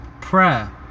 prayer